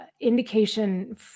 indication